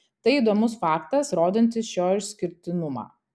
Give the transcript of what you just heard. tai įdomus faktas rodantis šio išskirtinumą